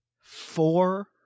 four